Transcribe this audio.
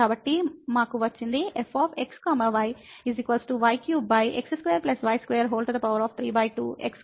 కాబట్టి ఇలా వచ్చింది fxx y y3x2y232 x y ≠0 0 0 elsewhere